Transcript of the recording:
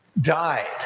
died